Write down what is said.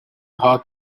how